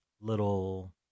little